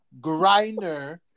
griner